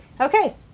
Okay